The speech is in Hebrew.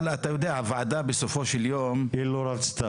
אבל אתה יודע הוועדה בסופו של יום היא לא רצתה.